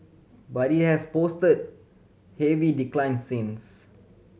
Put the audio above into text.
but it has posted heavy declines since